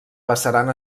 passaren